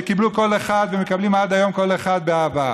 שקיבלו כל אחד ומקבלים עד היום כל אחד באהבה.